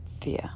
fear